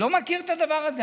לא מכיר את הדבר הזה.